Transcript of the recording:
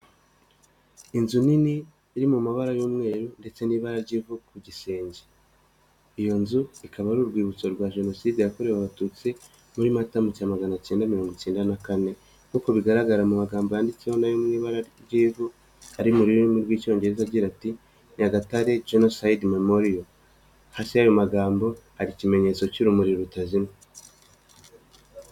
Inzu nini iri mu mabara y'umweru ndetse n'ibara ry'ivu ku gisenge. Iyo nzu ikaba ari urwibutso rwa jenoside yakorewe abatutsi muri matama mucyamaganayenda mirongo icyenda na kane. Nkuko bigaragara mu magambo yanditseho no yo mu ibara ry'ivu, ari mu rurimi rw'icyongereza agira ati nyagatare genoside memoriyo. hasi yayo magambo hari ikimenyetso cy'urumuri rutazima.